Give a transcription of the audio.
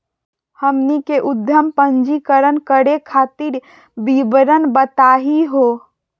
हमनी के उद्यम पंजीकरण करे खातीर विवरण बताही हो?